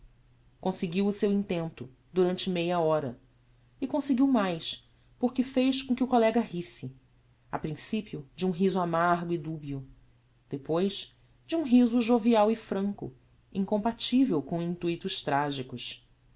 conseguiu o seu intento durante meia hora e conseguiu mais por que fez com que o collega risse a principio de um riso amargo e dubio depois de um riso jovial e franco incompatível com intuitos tragicos